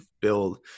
build